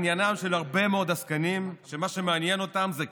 הוא עניינם של הרבה מאוד עסקנים שמה שמעניין אותם זה כסף.